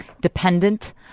dependent